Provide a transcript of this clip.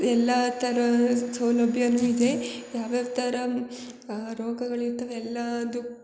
ಎಲ್ಲ ಥರ ಸೌಲಭ್ಯವೂ ಇದೆ ಯಾವ್ಯಾವ ಥರ ರೋಗಗಳಿರ್ತವೆ ಎಲ್ಲದಕ್ಕೂ